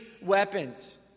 weapons